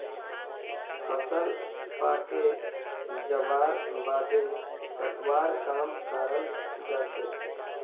फसल पाके जबार बादे कटवार काम कराल जाछेक